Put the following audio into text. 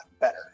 better